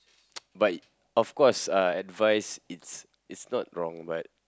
but of course uh advice it's it's not wrong but